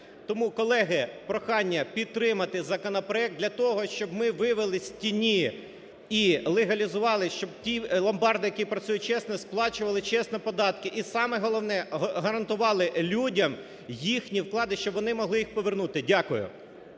Тому, колеги, прохання підтримати законопроект для того, щоб ми вивели з тіні і легалізували, щоб ті ломбарди, які працюють чесно, сплачували чесно податки і, саме головне, гарантували людям їхні вклади, щоб вони могли їх повернути. Дякую.